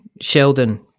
Sheldon